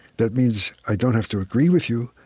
that means i don't have to agree with you,